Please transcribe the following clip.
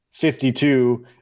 52